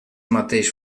mateix